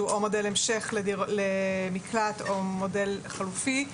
שהוא או מודל המשך למקלט או מודל חלופי.